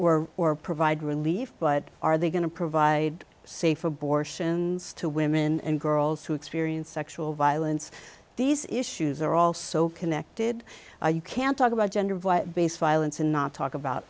or or provide relief but are they going to provide safe abortions to women and girls who experience sexual violence these issues are all so connected you can talk about gender based violence and not talk about